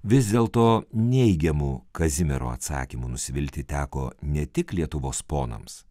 vis dėlto neigiamu kazimiero atsakymu nusivilti teko ne tik lietuvos ponams